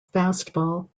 fastball